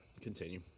continue